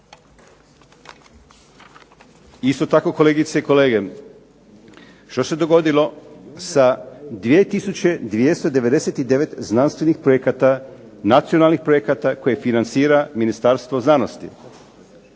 Isto tako kolegice i kolege, što se dogodilo sa 2 tisuće 299 znanstvenih projekata, nacionalnih projekata koje financira Ministarstvo znanosti?